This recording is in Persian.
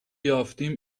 یافتیم